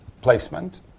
placement